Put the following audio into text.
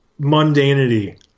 mundanity